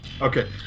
Okay